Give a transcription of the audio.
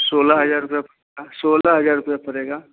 सोलह हजार रुपये सोलह हजार रुपये पड़ेगा